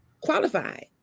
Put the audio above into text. qualified